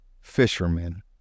fishermen